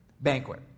banquet